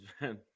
man